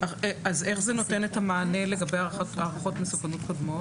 אז איך זה נותן את המענה לגבי הערכות מסוכנות קודמות?